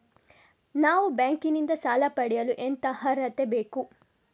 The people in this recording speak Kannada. ನಾವು ಬ್ಯಾಂಕ್ ನಿಂದ ಸಾಲ ಪಡೆಯಲು ಎಂತ ಅರ್ಹತೆ ಬೇಕು?